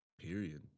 Period